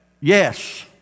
Yes